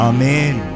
Amen